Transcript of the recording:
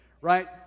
right